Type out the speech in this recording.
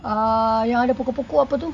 uh yang ada pokok-pokok apa tu